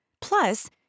Plus